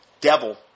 devil